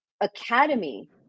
academy